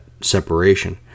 separation